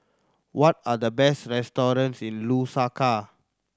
what are the best restaurants in Lusaka